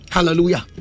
Hallelujah